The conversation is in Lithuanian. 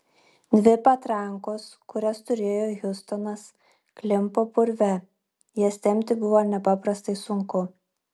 dvi patrankos kurias turėjo hiustonas klimpo purve jas tempti buvo nepaprastai sunku